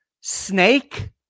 snake